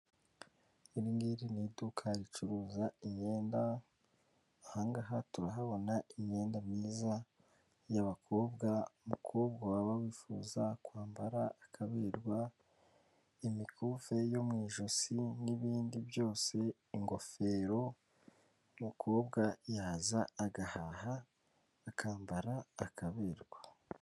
Iri ngiri ni iduka ricuruza imyenda, aha ngaha turahabona imyenda myiza y'abakobwa, umukobwa waba wifuza kwambara akaberwa, imikufi yo mu ijosi n'ibindi byose ingofero, umukobwa yaza agahaha akambara akaberwa.